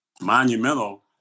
monumental